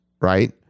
right